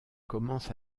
commence